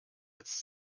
jetzt